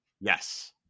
Yes